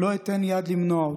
ואני לא אתן יד למנוע אותו".